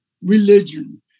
religion